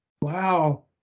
Wow